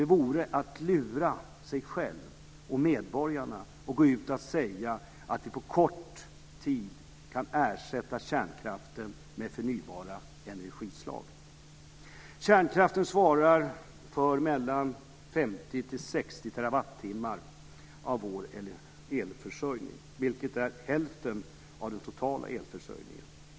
Det vore att lura sig själv och medborgarna att gå ut och säga att vi på kort tid kan ersätta kärnkraften med förnybara energislag. Kärnkraften svarar för mellan 50 och 60 terawattimmar av vår elförsörjning, vilket är hälften av den totala elförsörjningen.